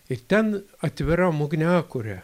ir ten atviram ugniakure